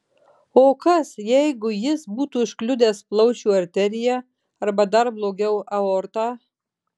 o kas jeigu jis būtų užkliudęs plaučių arteriją arba dar blogiau aortą